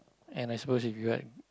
and I suppose if you like